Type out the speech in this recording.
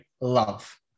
love